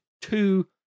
two